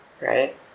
Right